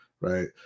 Right